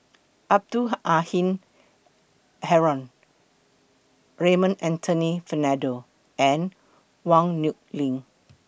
Abdul Halim Haron Raymond Anthony Fernando and Yong Nyuk Lin